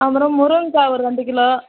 அப்புறம் முருங்கக்காய் ஒரு ரெண்டு கிலோ